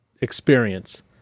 experience